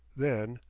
then,